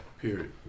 Period